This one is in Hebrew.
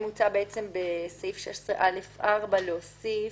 מוצע בסעיף 16(א)(4) להוסיף: